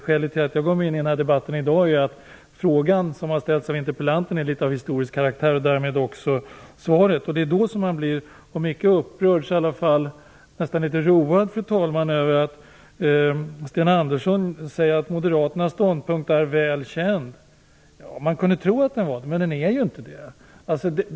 Skälet till att jag gav mig in den här debatten i dag är att den fråga som har ställts av interpellanten är av litet historisk karaktär, och det gäller därmed också för svaret. Jag blir därför om inte upprörd, så åtminstone nästan litet road, fru talman, över att Sten Andersson säger att moderaternas ståndpunkt är väl känd. Man kunde tro att den är det, men det är den inte.